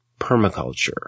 Permaculture